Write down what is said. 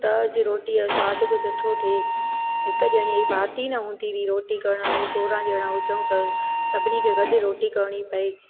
त जे रोटीअ जो स्वादु बि सुठो थिए हिकु ॼणी ई फाती न हूंदी हुई रोटी करण में सोरहं ॼणा हुजऊं त सभिनी खे गॾु रोटी करिणी पए